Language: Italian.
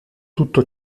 tutto